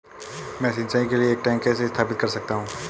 मैं सिंचाई के लिए एक टैंक कैसे स्थापित कर सकता हूँ?